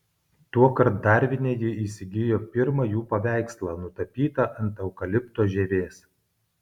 tuokart darvine ji įsigijo pirmą jų paveikslą nutapytą ant eukalipto žievės